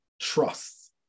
trust